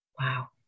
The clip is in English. Wow